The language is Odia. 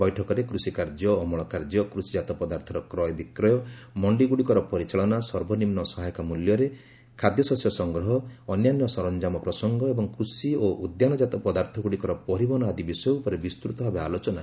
ବୈଠକରେ କୃଷିକାର୍ଯ୍ୟ ଅମଳକାର୍ଯ୍ୟ କୃଷିଜାତ ପଦାର୍ଥର କ୍ରୟବିକ୍ରୟ ମଣ୍ଡିଗୁଡ଼ିକର ପରିଚାଳନା ସର୍ବନିମ୍ନ ସହାୟକ ମୂଲ୍ୟରେ ଖାଦ୍ୟଶସ୍ୟ ସଂଗ୍ରହ ଅନ୍ୟାନ୍ୟ ସରଞ୍ଜାମ ପ୍ରସଙ୍ଗ ଏବଂ କୃଷି ଓ ଉଦ୍ୟାନଜାତ ପଦାର୍ଥଗୁଡ଼ିକର ପରିବହନ ଆଦି ବିଷୟ ଉପରେ ବିସ୍ତୃତ ଭାବେ ଆଲୋଚନା ହୋଇଛି